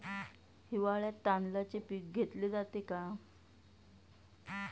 हिवाळ्यात तांदळाचे पीक घेतले जाते का?